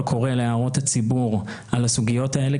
קורא להערות הציבור על הסוגיות האלה.